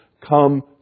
come